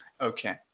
Okay